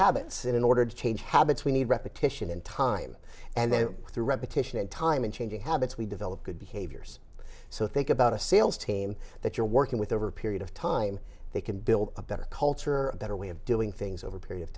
habits in order to change habits we need repetition in time and then through repetition and time in changing habits we develop good behaviors so think about a sales team that you're working with over a period of time they can build a better culture better way of doing things over a period of